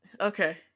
Okay